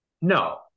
No